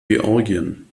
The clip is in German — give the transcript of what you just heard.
georgien